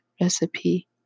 recipe